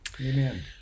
Amen